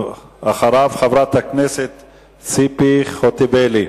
אחריו, חברת הכנסת ציפי חוטובלי,